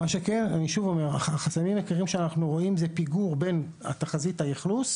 אני שוב אומר שהחסמים העיקריים שאנחנו רואים הם פיגור בין תחזית האכלוס